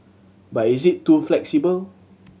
but is it too flexible